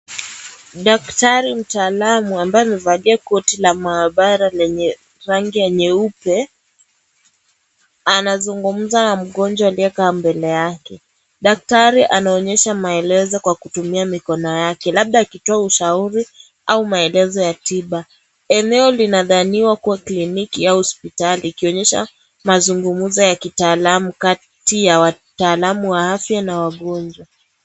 Daktari mtaalamu ambaye ni mtaalamu wa afya amevalia koti la mhabara lenye rangi nyeupe anazungumza na mgonjwa aliyekaa mbele yake daktari anaeleza maelezo kwa kukitumia mkono yake labda akitoa ushauri au maelezo ya tiba . eneo linadhaniwa kuwa kliniki au hosiptali wakinyesha mazungumzo Katie ya wataalamu wa afya na wagonjwa.